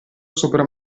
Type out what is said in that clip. sopra